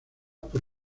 por